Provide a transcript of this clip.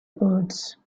birds